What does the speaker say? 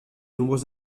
nombreux